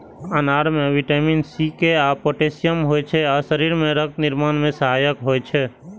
अनार मे vitamin C, के आ पोटेशियम होइ छै आ शरीर मे रक्त निर्माण मे सहायक होइ छै